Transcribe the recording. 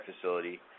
facility